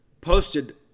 posted